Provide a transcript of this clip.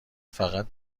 فقط